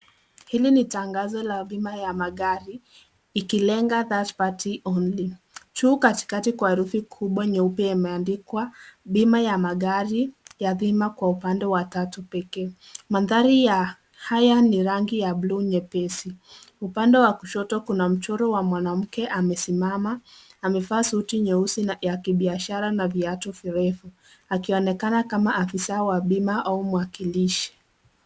Hili ni tangazo la bima ya magari. Ikilenga cs[third party only]cs.Juu katikati kwa herufi kubwa nyeupe imeandikwa, 'bima ya magari ya dhima kwa upande wa tatu pekee'.Mandhari ya haya ni rangi ya buluu nyepesi. Upande wa kushoto kuna mchoro wa mwanamke amesimama, amevaa suti nyeusi ya kibiashara na viatu virefu, akionekana kama afisa wa bima au mwakilishi.